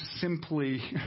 simply